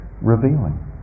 revealing